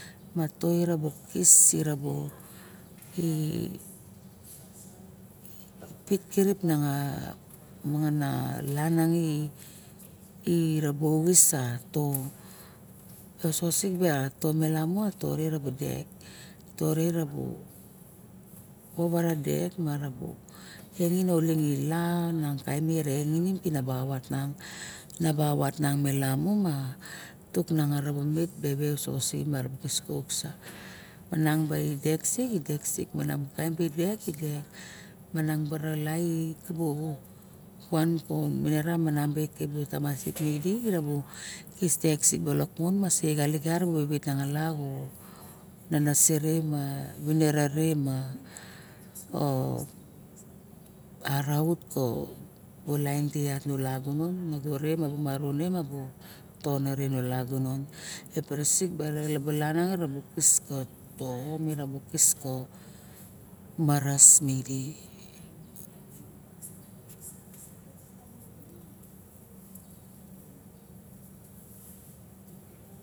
Ma toiri bu kiss ira bo i pit kirip niang a mangana la nangi raulis meseosik beaton malom to rabu dek tor e iot vavara dek marago uling i lan taim mi rengeinin vavut nan nabavat. Nang lamu ma tuk ne bevesosi suso vesus manang bai deksik mana manang bara laen kupo van kon vanara beng ina laing idi deksik mo masie xali gor veve nanase rei va vine rae ma arout co lain tedi yat me lagunon me nago re tono re lagunon e kirisi baro balang xo anga kis kome maras midi